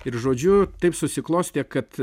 ir žodžiu taip susiklostė kad